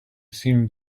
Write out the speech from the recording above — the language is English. seemed